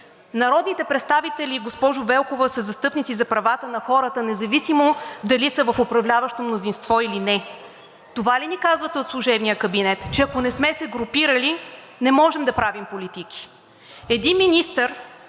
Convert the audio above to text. Народните представители, госпожо Велкова, са застъпници за правата на хората, независимо дали са в управляващо мнозинство или не. Това ли ни казвате от служебния кабинет – че ако не сме се групирали, не можем да правим политики? Един министър,